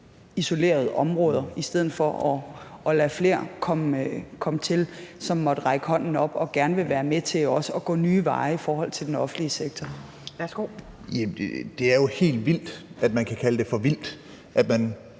isolerede områder, i stedet for at man lader flere komme til, som måtte række hånden op og gerne ville være med til også at gå nye veje i forhold til den offentlige sektor? Kl. 17:38 Anden næstformand (Pia